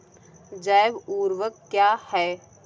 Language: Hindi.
जैव ऊर्वक क्या है?